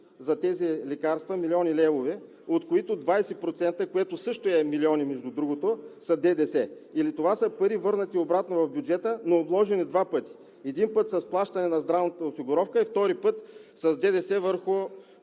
за тези лекарства, от които 20%, което също е милиони. Между другото, са с ДДС или това са пари, върнати обратно в бюджета, но обложени два пъти – един път с плащане на здравната осигуровка, а втори път с ДДС върху